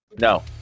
No